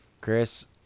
Chris